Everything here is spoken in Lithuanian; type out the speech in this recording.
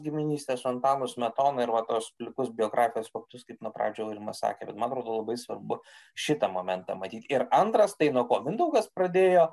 giminystę su antanu smetona ir va tuos plikus biografijos faktus kaip nuo pradžių aurimas sakė bet ma atrodo labai svarbu šitą momentą matyt ir antras tai nuo ko mindaugas pradėjo